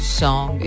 song